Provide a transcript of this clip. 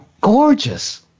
gorgeous